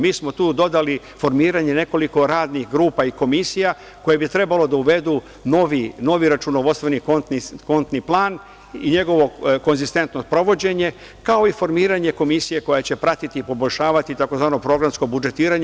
Mi smo tu dodali formiranje nekoliko radnih grupa i komisija koje bi trebalo da uvedu novi računovodstveni kontni plan i njegovo konzistentno provođenje, kao i formiranje komisije koja će pratiti poboljšavati tzv. programsko budžetiranje.